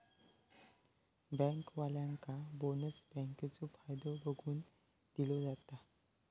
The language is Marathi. बँकेवाल्यांका बोनस बँकेचो फायदो बघून दिलो जाता